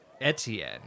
Etienne